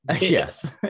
Yes